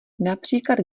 například